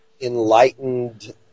enlightened